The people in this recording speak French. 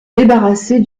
débarrasser